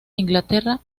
inglaterra